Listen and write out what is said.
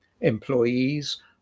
employees